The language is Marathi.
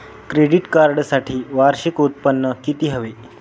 क्रेडिट कार्डसाठी वार्षिक उत्त्पन्न किती हवे?